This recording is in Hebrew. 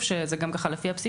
זה גם לפי הפסיקה,